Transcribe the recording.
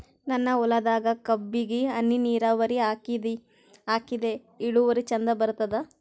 ನನ್ನ ಹೊಲದಾಗ ಕಬ್ಬಿಗಿ ಹನಿ ನಿರಾವರಿಹಾಕಿದೆ ಇಳುವರಿ ಚಂದ ಬರತ್ತಾದ?